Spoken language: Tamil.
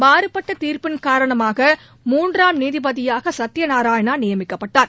மாறுபட்ட தீர்ப்பின் காரணமாக மூன்றாம் நீதிபதியாக சத்தியநாராயணா நியமிக்கப்பட்டார்